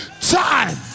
time